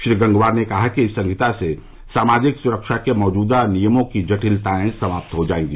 श्री गंगवार ने कहा कि इस सहिता से सामाजिक सुरक्षा के मौजूदा नियमों की जटिलताए समाप्त हो जायेंगी